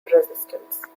resistance